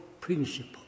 principle